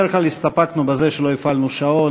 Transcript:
בדרך כלל הסתפקנו בזה שלא הפעלנו שעון,